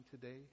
today